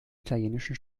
italienischen